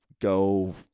go